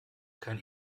kein